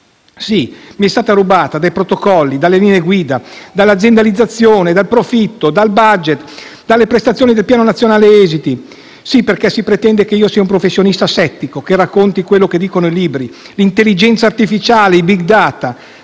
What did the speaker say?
Sì, mi è stata rubata, dai protocolli, dalle linee guida, dalla aziendalizzazione, dal profitto, dal *budget*, dalle prestazioni del Piano nazionale esiti. Sì, perché si pretende che io sia un professionista asettico, che racconti quello che dicono i libri, l'intelligenza artificiale, i *big data*,